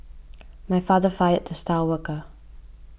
my father fired the star worker